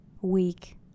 week